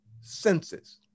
senses